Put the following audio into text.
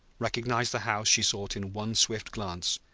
recognized the house she sought in one swift glance,